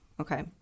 Okay